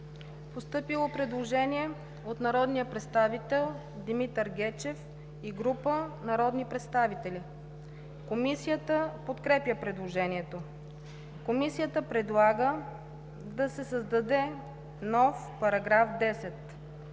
ДИМОВА: Предложение от народния представител Димитър Гечев и група народни представители. Комисията подкрепя предложението. Комисията предлага да се създаде нов § 2: „§ 2.